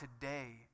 today